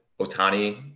Otani